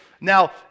Now